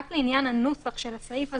רק לעניין הנוסח של הסעיף הזה,